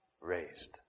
raised